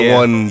one